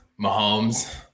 Mahomes –